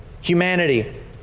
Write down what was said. humanity